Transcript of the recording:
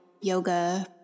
yoga